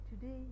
Today